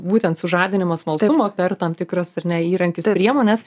būtent sužadinimas smalsumo per tam tikrus ar ne įrankius priemones